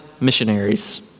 missionaries